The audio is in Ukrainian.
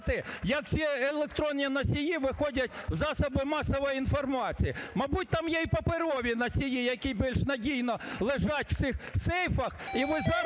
як ці електронні носії виходять в засоби масової інформації. Мабуть, там є і паперові носії, які більш надійно лежать в цих сейфах,